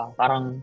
parang